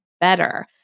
better